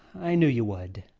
i knew you would.